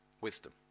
wisdom